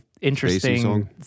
interesting